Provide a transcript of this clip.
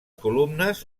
columnes